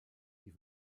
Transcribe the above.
die